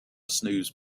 snooze